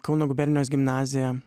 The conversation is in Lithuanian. kauno gubernijos gimnazija